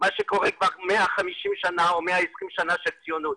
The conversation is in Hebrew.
מה שקורה כבר 150 שנה או 120 שנה של ציונות,